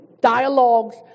dialogues